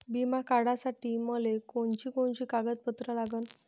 बिमा काढासाठी मले कोनची कोनची कागदपत्र लागन?